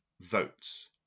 votes